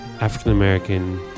African-American